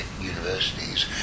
universities